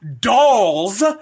dolls